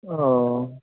ओ